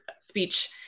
speech